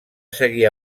seguir